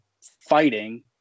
fighting